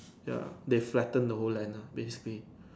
ya they flatten the whole land nah basically